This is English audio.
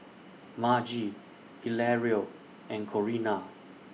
Margie Hilario and Corinna